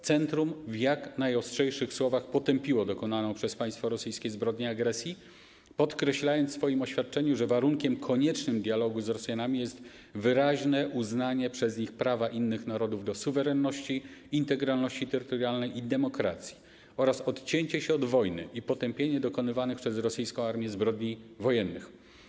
Centrum w jak najostrzejszych słowach potępiło dokonaną przez państwo rosyjskie zbrodnię agresji, podkreślając w swoim oświadczeniu, że warunkiem koniecznym dialogu z Rosjanami jest wyraźne uznanie przez nich prawa innych narodów do suwerenności, integralności terytorialnej i demokracji oraz odcięcie się od wojny i potępienie dokonywanych przez rosyjską armię zbrodni wojennych.